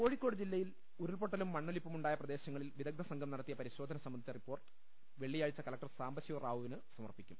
കോഴിക്കോട് ജില്ലയിൽ ഉരുൾപൊട്ടലും മണ്ണൊലിപ്പുമുണ്ടായ പ്രദേശങ്ങളിൽ വിദഗ്ധസംഘം നടത്തിയ പരിശോധന സംബന്ധിച്ച റിപ്പോർട്ട് വെളളിയാഴ്ച കലക്ടർ സാംബശിവറാവുവിന് സമർപ്പി ക്കും